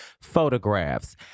photographs